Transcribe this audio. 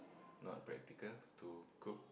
not practical to cook